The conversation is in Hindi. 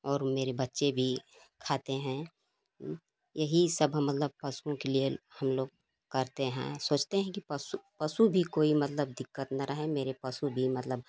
और मेरे बच्चे भी खाते हैं यही सब मलब पशुओं के लिए हम लोग करते हैं सोचते हैं कि पसु पशु भी कोई मतलब दिक्कत न रहें मेरे पशु भी मतलब